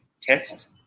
test